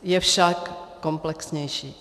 Je však komplexnější.